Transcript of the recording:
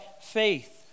faith